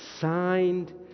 Signed